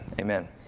amen